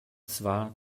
zwar